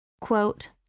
Quote